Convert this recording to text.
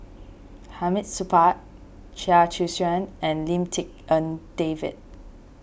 Hamid Supaat Chia Choo Suan and Lim Tik En David